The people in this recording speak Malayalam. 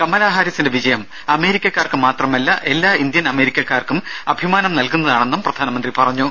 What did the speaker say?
കമലാഹാരിസിന്റെ വിജയം അമേരിക്കക്കാർക്ക് മാത്രമല്ല ഇന്ത്യൻ അമേരിക്കക്കാർക്കും അഭിമാനം എല്ലാ നൽകുന്നതാണെന്നും പ്രധാനമന്ത്രി പറഞ്ഞു